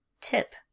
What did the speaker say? Tip